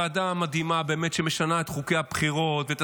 ועדה מדהימה באמת שמשנה את חוקי הבחירות ואת